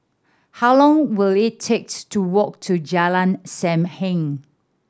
how long will it take to walk to Jalan Sam Heng